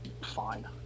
fine